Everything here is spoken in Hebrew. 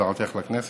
חזרתך לכנסת.